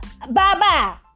bye-bye